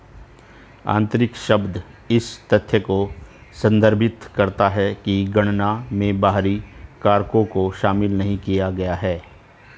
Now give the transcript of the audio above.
आंतरिक शब्द इस तथ्य को संदर्भित करता है कि गणना में बाहरी कारकों को शामिल नहीं किया गया है